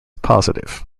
positive